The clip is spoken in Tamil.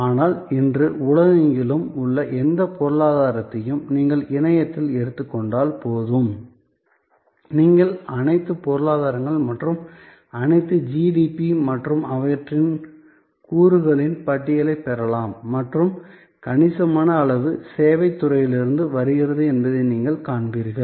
ஆனால் இன்று உலகெங்கிலும் உள்ள எந்த பொருளாதாரத்தையும் நீங்கள் இணையத்தில் எடுத்துக் கொண்டால் போதும் நீங்கள் அனைத்து பொருளாதாரங்கள் மற்றும் அனைத்து ஜிடிபி மற்றும் அவற்றின் கூறுகளின் பட்டியலைப் பெறலாம் மற்றும் கணிசமான அளவு சேவைத் துறையிலிருந்து வருகிறது என்பதை நீங்கள் காண்பீர்கள்